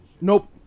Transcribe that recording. Nope